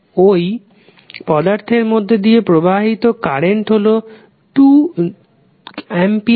ওই পদার্থের মধ্যে দিয়ে প্রবাহিত কারেন্ট হলো 2 অ্যাম্পিয়ার